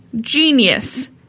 Genius